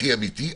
הכי אמיתי,